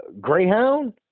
Greyhound